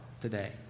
today